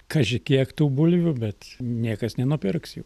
kaži kiek tų bulvių bet niekas nenupirks jų